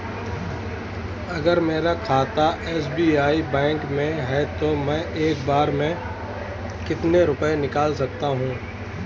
अगर मेरा खाता एस.बी.आई बैंक में है तो मैं एक बार में कितने रुपए निकाल सकता हूँ?